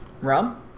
Rum